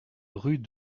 rue